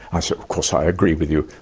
i said, of course i agree with you.